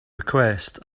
request